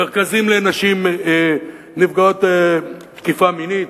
מרכזים לנשים נפגעות תקיפה מינית.